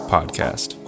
Podcast